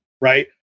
right